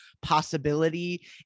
possibility